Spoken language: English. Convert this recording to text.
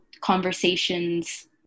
conversations